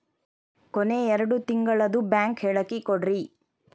ಕೊನೆ ಎರಡು ತಿಂಗಳದು ಬ್ಯಾಂಕ್ ಹೇಳಕಿ ಕೊಡ್ರಿ